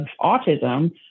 autism